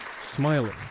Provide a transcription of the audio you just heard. smiling